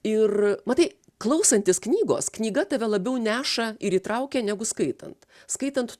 ir matai klausantis knygos knyga tave labiau neša ir įtraukia negu skaitant skaitant